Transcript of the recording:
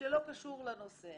שלא קשור לנושא.